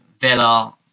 Villa